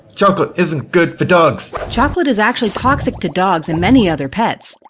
chocolate isn't good for dogs, chocolate is actually toxic to dogs and many other pets!